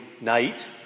night